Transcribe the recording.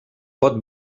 pot